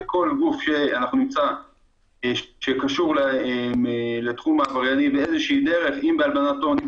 כל גוף שאנחנו נמצא ושקשור לעבריינים באיזושהי דרך אם בהלבנת הון,